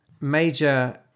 Major